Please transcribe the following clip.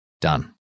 done